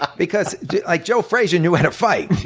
because like joe frazier knew how to fight.